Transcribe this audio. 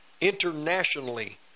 internationally